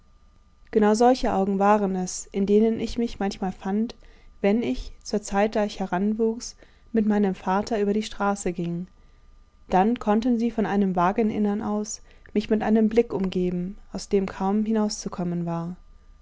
genau solche augen waren es in denen ich mich manchmal fand wenn ich zur zeit da ich heranwuchs mit meinem vater über die straße ging dann konnten sie von einem wageninnern aus mich mit einem blick umgeben aus dem kaum hinauszukommen war